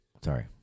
Sorry